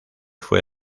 fue